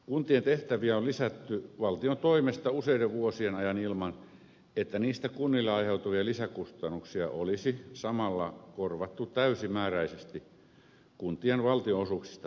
kuntien tehtäviä on lisätty valtion toimesta useiden vuosien ajan ilman että niistä kunnille aiheutuvia lisäkustannuksia olisi samalla korvattu täysimääräisesti kuntien valtionosuuksista päätettäessä